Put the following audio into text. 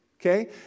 okay